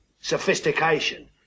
sophistication